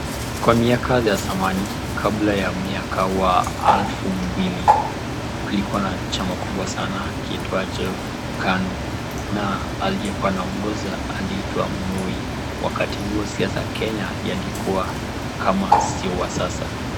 Kwa miaka ya zamani, kabla ya miaka wa elfu mbili, kulikuwa na chama kubwa sana kiitwacho KANU na aliyekuwa anaongoza aliitwa Moi, wakati huo siasa kenya yalikuwa kama si wa sasa.